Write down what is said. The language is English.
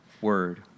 Word